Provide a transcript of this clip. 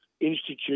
Institute